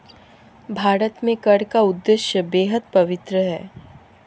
भारत में कर का उद्देश्य बेहद पवित्र है